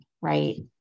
Right